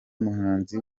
muhanzi